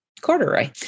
corduroy